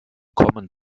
kommen